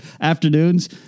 afternoons